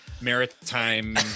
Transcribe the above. maritime